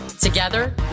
Together